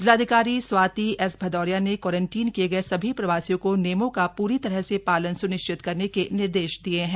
जिलाधिकारी स्वाति एस भदौरिया ने क्वारंटीन किए गए सभी प्रवासियों को नियमों का पूरी तरह से पालन सुनिश्चित करने के निर्देश दिए हैं